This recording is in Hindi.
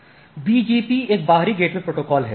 BGP एक बाहरी गेटवे प्रोटोकॉल है